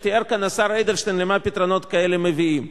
ותיאר כאן השר אדלשטיין למה פתרונות כאלה מביאים.